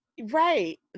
Right